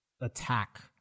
attack